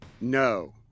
No